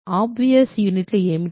obvious యూనిట్లు ఏమిటి